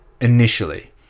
initially